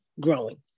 growing